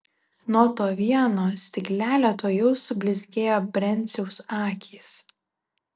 nuo to vieno stiklelio tuojau sublizgėjo brenciaus akys